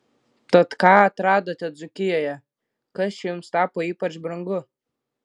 tad ką atradote dzūkijoje kas čia jums tapo ypač brangu